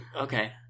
okay